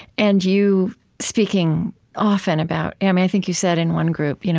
and you speaking often about and i think you said in one group, you know